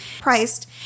priced